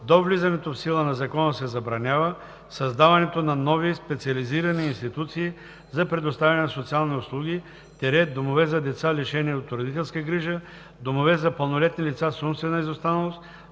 До влизането в сила на закона се забранява създаването на нови специализирани институции за предоставяне на социални услуги – домове за деца, лишени от родителска грижа, домове за пълнолетни лица с умствена изостаналост,